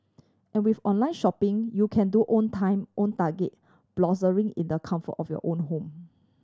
and with online shopping you can do own time own target browsing in the comfort of your own home